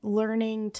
learning